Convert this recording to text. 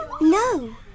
No